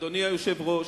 אדוני היושב-ראש,